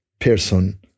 person